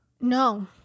no